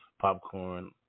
popcorn